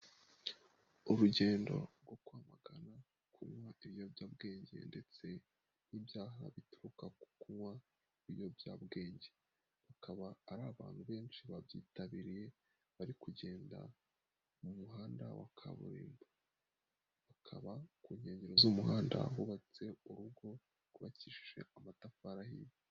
Urugendo rwo kwamagana kunywa ibiyobyabwenge ndetse n'ibyaha bituruka ku kunywa ibiyobyabwenge, akaba ari abantu benshi babyitabiriye, bari kugenda mu muhanda wa kaburimbo, akaba ku nkengero z'umuhanda hubatse urugo, rwubakishije amatafari ahiye.